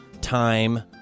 Time